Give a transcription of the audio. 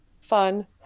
fun